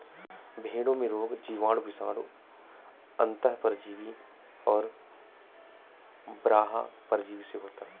भेंड़ों में रोग जीवाणु, विषाणु, अन्तः परजीवी और बाह्य परजीवी से होता है